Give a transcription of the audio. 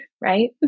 right